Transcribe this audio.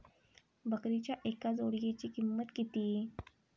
बकरीच्या एका जोडयेची किंमत किती?